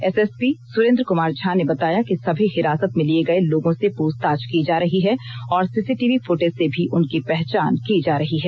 SSP Surendra Kumar Jha ने बताया कि सभी हिरासत में लिए गए लोगों से पूछताछ की जा रही है और सीसीटीवी फ्टेज से भी उनकी पहचान की जा रही है